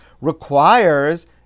requires